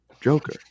Joker